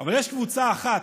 אבל יש קבוצה אחת,